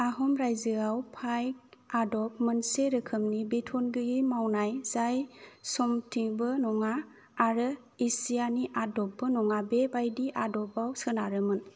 आहम राइजोआ पाइक आदब मोनसे रोखोमनि बेथन गोयै मावनाय जाय सामन्टिबो नङा आरो एसियानि आदबबो नङा बे बायदि आदबाव सोनारोमोन